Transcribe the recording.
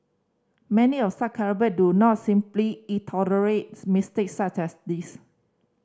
many of such calibre do not simply it mistakes such as this